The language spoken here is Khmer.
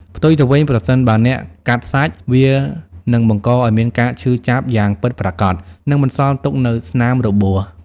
ផ្ទុយទៅវិញ ប្រសិនបើអ្នកកាត់សាច់ វានឹងបង្កឲ្យមានការឈឺចាប់យ៉ាងពិតប្រាកដ និងបន្សល់ទុកនូវស្នាមរបួស។